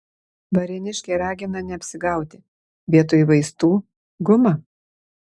varėniškė ragina neapsigauti vietoj vaistų guma